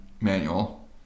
manual